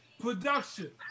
production